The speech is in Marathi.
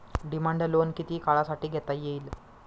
डिमांड लोन किती काळासाठी घेता येईल?